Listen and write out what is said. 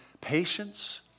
patience